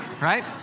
right